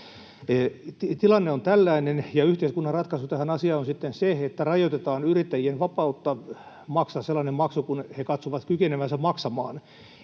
Tilanne on tällainen, ja yhteiskunnan ratkaisu tähän asiaan on sitten se, että rajoitetaan yrittäjien vapautta maksaa sellainen maksu kuin he katsovat kykenevänsä maksamaan.